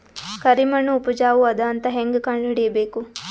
ಕರಿಮಣ್ಣು ಉಪಜಾವು ಅದ ಅಂತ ಹೇಂಗ ಕಂಡುಹಿಡಿಬೇಕು?